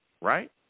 right